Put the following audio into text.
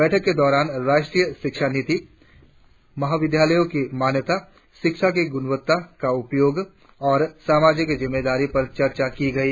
बैठक के दौरान राष्ट्रीय शिक्षा नीति महाविद्यालयों की मान्यता शिक्षा की गुणवत्ता का उपयोग छात्र शिक्षुता और सामाजिक जिम्मेदारी पर भी चर्चा की गई